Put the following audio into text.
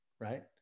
Right